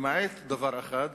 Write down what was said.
למעט דבר אחד,